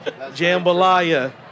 jambalaya